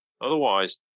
Otherwise